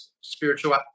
spiritual